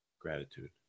gratitude